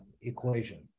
equation